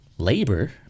Labor